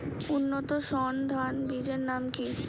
উন্নত সর্ন ধান বীজের নাম কি?